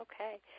Okay